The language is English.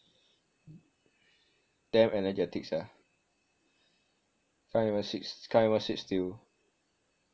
damn energetic sia can't even si~ can't even sit still